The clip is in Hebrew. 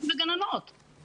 ועל הכול אומרים: נבדוק,